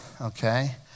okay